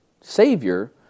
Savior